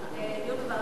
דיון בוועדת חוץ וביטחון.